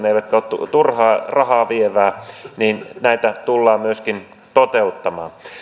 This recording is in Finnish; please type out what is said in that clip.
eivätkä ole turhaan rahaa vieviä näitä tullaan myöskin toteuttamaan